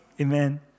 Amen